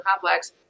complex